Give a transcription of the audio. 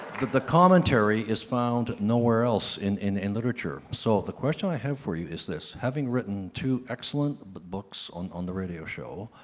the the commentary is found nowhere else in in literature. so the question i have for you is this. having written two excellent but books on on the radio show,